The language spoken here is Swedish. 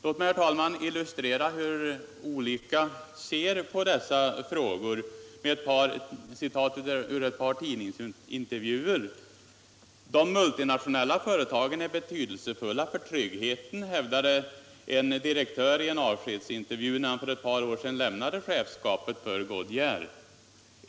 Låt mig, herr talman, illustrera hur olika man ser på dessa frågor genom citat ur ett par tidningsintervjuer. ”De multinationella företagen är betydelsefulla för tryggheten”, hävdade en direktör i en avskedsintervju när han för ett par år sedan lämnade chefskapet för Goodyear.